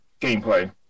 gameplay